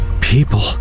people